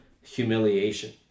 humiliation